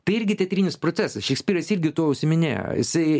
tai irgi teatrinis procesas šekspyras irgi tuo užsiiminėjo jisai